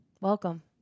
Welcome